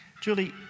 Julie